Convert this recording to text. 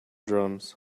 drums